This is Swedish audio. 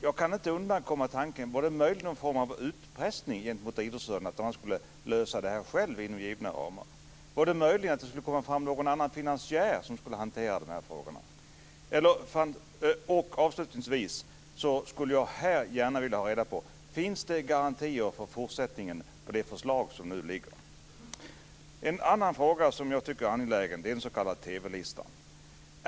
Jag kan inte undgå en tanke: Var det möjligen någon form av utpressning gentemot idrottsrörelsen för att den skulle lösa det här själv inom givna ramar? Var tanken möjligen att det skulle komma fram någon annan finansiär som skulle hantera den här frågan? Avslutningsvis skulle jag här gärna vilja veta: Finns det garantier för fortsättningen i det förslag som nu ligger? En annan fråga som jag tycker är angelägen är den s.k. TV-listan.